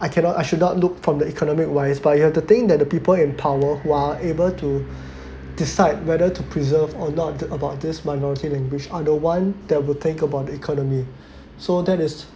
I cannot I should not look from the economic wise but you have to think that the people in power who are able to decide whether to preserve or not about this minority in english other one that will think about the economy so that is